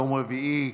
יום רביעי,